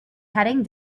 headed